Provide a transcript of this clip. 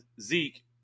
Zeke